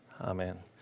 Amen